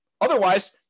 Otherwise